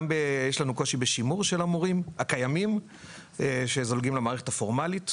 יש לנו גם קושי בשימור של המורים הקיימים שזולגים למערכת הפורמלית,